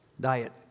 Diet